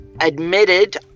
admitted